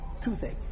toothache